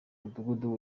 mudugudu